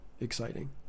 exciting